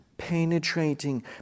penetrating